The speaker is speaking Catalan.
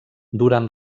durant